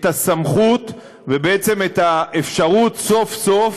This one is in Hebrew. את הסמכות, ובעצם את האפשרות, סוף-סוף